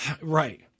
Right